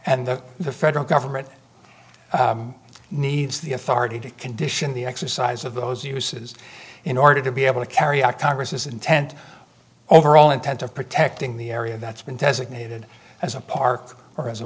and the federal government needs the authority to condition the exercise of those uses in order to be able to carry out congress's intent overall intent of protecting the area that's been designated as a park or as a